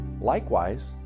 Likewise